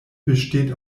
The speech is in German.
besteht